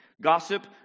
Gossip